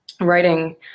writing